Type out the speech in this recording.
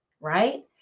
right